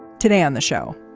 today on the show.